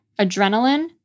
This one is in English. adrenaline